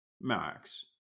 Max